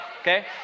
okay